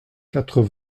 quatre